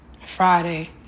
Friday